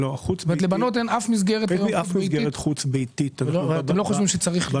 לא, אין אף מסגרת חוץ-ביתית עבור בנות.